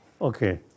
Okay